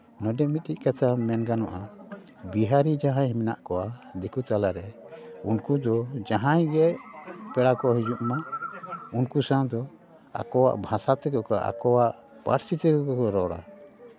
ᱱᱚᱰᱮ ᱢᱤᱫᱴᱤᱱ ᱠᱟᱛᱷᱟ ᱢᱮᱱ ᱜᱟᱱᱚᱜᱼᱟ ᱵᱤᱦᱟᱨᱤ ᱡᱟᱦᱟᱸᱭ ᱢᱮᱱᱟᱜ ᱠᱚᱣᱟ ᱫᱤᱠᱩ ᱛᱟᱞᱟᱨᱮ ᱩᱱᱠᱩ ᱫᱚ ᱡᱟᱦᱟᱸᱭ ᱜᱮ ᱯᱮᱲᱟ ᱠᱚ ᱦᱤᱡᱩᱜ ᱢᱟ ᱩᱱᱠᱩ ᱥᱟᱶ ᱫᱚ ᱟᱠᱚᱣᱟᱜ ᱵᱷᱟᱥᱟ ᱛᱮᱜᱮ ᱠᱚ ᱟᱠᱚᱣᱟᱜ ᱯᱟᱹᱨᱥᱤ ᱛᱮᱜᱮ ᱠᱚ ᱨᱚᱲᱟ